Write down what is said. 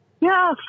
Yes